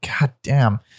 goddamn